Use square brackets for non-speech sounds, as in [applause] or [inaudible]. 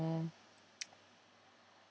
mm [noise]